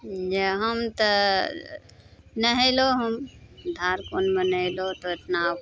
जे हम तऽ नहेलहुँ हम धार कुण्डमे नहेलहुँ तऽ उतना